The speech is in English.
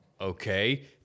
Okay